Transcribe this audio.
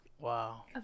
Wow